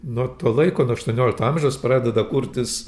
nuo to laiko nuo aštuoniolikto amžiaus pradeda kurtis